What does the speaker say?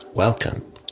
Welcome